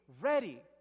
ready